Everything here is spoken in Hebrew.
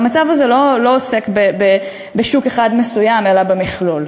והמצב הזה לא עוסק בשוק אחד מסוים, אלא במכלול.